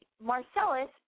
Marcellus